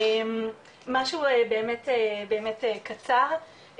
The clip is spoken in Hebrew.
משהו באמת קצר,